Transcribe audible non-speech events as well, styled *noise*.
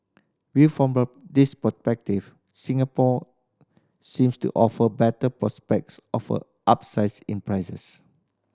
viewed from *unintelligible* Singapore seems to offer better prospects of a upsides in prices